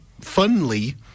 Funly